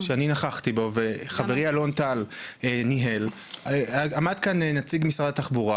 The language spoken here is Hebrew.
שאני נכחתי בו וחברי אלון טל ניהל עמד כאן נציג משרד התחבורה